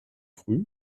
früh